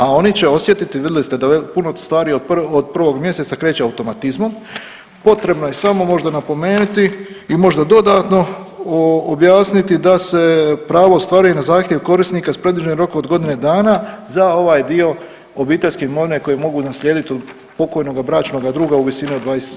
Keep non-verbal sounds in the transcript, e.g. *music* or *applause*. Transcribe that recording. A oni će osjetiti, vidli ste da puno stvari od 1. mjeseca kreće automatizmom, potrebno je samo možda napomeniti i možda dodatno objasniti da se pravo ostvaruje na zahtjev korisnika s produženim rokom od godine dana za ovaj dio obiteljske ... *unintelligible* koje mogu naslijediti od pokojnoga bračnoga druga u visini od 27%